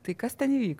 tai kas ten įvyko